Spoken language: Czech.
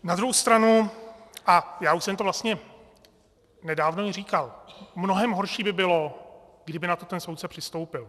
Na druhou stranu, a já už jsem to vlastně nedávno říkal, mnohem horší by bylo, kdyby na to ten soudce přistoupil.